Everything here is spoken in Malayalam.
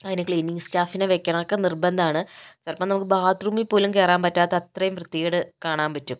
അതിനു ക്ലീനിംഗ് സ്റ്റാഫിനെ വയ്ക്കണം അതൊക്കെ നിര്ബന്ധമാണ് ചിലപ്പം നമുക്ക് ബാത്ത്റൂമിൽ പോലും കേറാന് പറ്റാത്ത അത്രയും വൃത്തികേട് കാണാന് പറ്റും